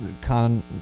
con